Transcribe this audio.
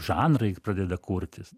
žanrai pradeda kurtis